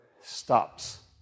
stops